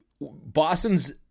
Boston's